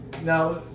Now